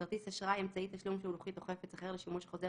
"כרטיס אשראי" אמצעי תשלום שהוא לוחית או חפץ אחר לשימוש חוזר